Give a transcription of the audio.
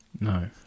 No